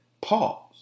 Pause